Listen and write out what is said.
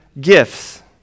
gifts